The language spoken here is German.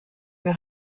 mehr